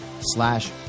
slash